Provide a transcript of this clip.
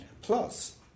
Plus